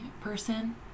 person